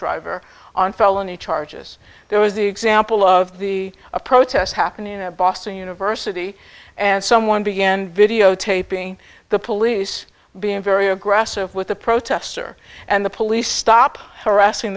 driver on felony charges there was the example of the protests happening at boston university and someone began videotaping the police being very aggressive with the protester and the police